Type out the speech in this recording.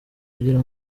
kugira